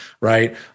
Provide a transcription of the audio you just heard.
right